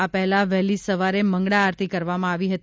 આ પહેલા વહેલી સવારે મંગળા આરતી કરવામાં આવી હતી